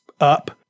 up